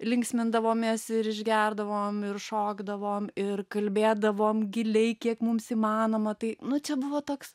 linksmindavomės ir išgerdavom ir šokdavom ir kalbėdavom giliai kiek mums įmanoma tai nu čia buvo toks